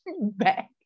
back